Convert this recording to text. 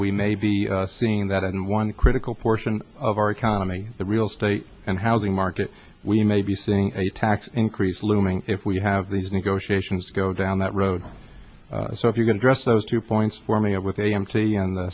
we may be seeing that in one critical portion of our economy the real state and housing market we may be seeing a tax increase looming if we have these negotiations go down that road so if you're going to dress those two points warming up with a m t and the